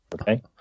Okay